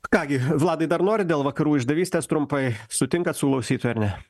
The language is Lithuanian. ką gi vladai dar nori dėl vakarų išdavystės trumpai sutinkat su klausytoju ar ne